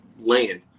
land